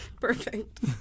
Perfect